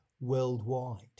worldwide